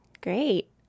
Great